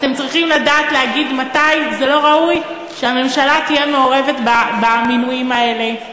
אתם צריכים לדעת להגיד מתי לא ראוי שהממשלה תהיה מעורבת במינויים האלה.